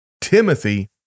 Timothy